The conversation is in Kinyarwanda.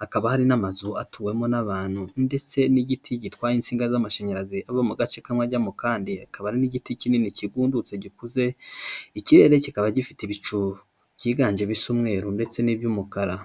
hakaba hari n'amazu atuwemo n'abantu ndetse n'igiti gitwaye insinga z'amashanyarazi ava mu gace kamwe ajya mu kandi, hakaba hari n'igiti kinini kigundutse gikuze, ikirere kikaba gifite ibicu byiganje bisa umweru ndetse n'iby'umukara.